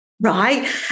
right